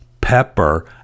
Pepper